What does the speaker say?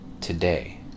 today